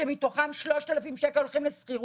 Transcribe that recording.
שמתוכם 3,000 ₪ הולכים לשכירות.